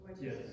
Yes